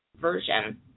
version